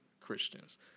Christians